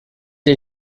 ihr